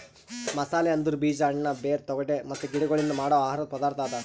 ಮಸಾಲೆ ಅಂದುರ್ ಬೀಜ, ಹಣ್ಣ, ಬೇರ್, ತಿಗೊಟ್ ಮತ್ತ ಗಿಡಗೊಳ್ಲಿಂದ್ ಮಾಡೋ ಆಹಾರದ್ ಪದಾರ್ಥ ಅದಾ